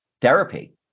therapy